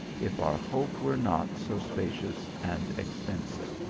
if our hope were not so spacious and extensive.